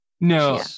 no